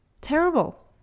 Terrible